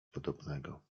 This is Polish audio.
podobnego